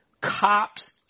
cops